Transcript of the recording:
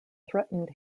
threatened